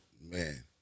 man